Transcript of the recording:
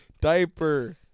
Diaper